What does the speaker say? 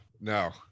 no